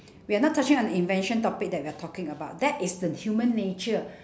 we're not touching on the invention topic that we're talking about that is the human nature